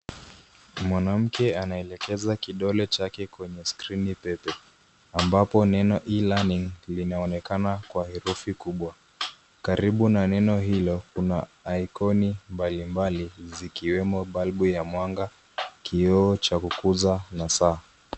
Mwanamke anaelekeza kidole chake kwenye skrini pepe ambapo neno e-learning linaonekana kwa herufi kubwa. Karibu na neno hilo kuna aikoni mbalimbali zikiwemo balbu ya mwanga, kioo cha kuguza na saa.